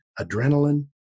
adrenaline